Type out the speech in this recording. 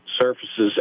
surfaces